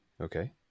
Okay